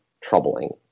troubling